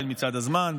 אם מצד הזמן,